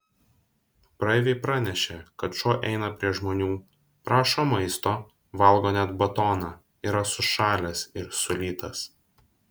praeiviai pranešė kad šuo eina prie žmonių prašo maisto valgo net batoną yra sušalęs ir sulytas